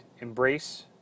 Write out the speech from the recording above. embrace